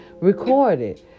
recorded